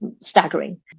staggering